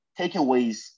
takeaways